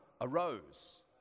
arose